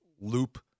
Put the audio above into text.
Loop